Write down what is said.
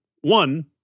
One